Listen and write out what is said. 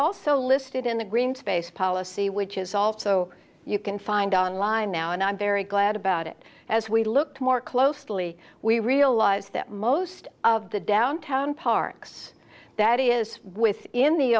also listed in the green space policy which is also you can find on line now and i'm very glad about it as we look more closely we realize that most of the downtown parks that is within the